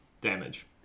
damage